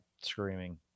screaming